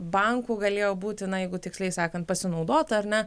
banku galėjo būti na jeigu tiksliai sakant pasinaudota ar ne